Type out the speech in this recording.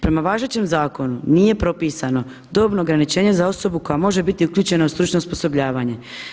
Prema važećem zakonu nije propisano dobno ograničenje za osobu koja može biti uključena u stručno osposobljavanje.